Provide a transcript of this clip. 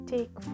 Take